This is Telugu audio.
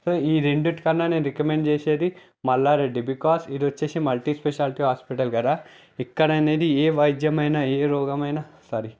సో ఈ రెండింటి కన్నా నేను రికమెండ్ చేసేది మల్లారెడ్డి బికాస్ ఇది వచ్చి మల్టీ స్పెషాలిటీ హాస్పిటల్ కదా ఇక్కడ అనేది ఏ వైద్యమైన ఏ రోగమైనా సారీ